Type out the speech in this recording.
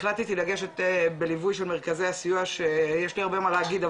החלטתי לגשת בליווי של מרכזי הסיוע שיש לי הרבה מה להגיד,